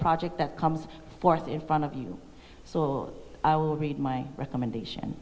project that comes forth in front of you so little will read my recommendation